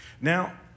Now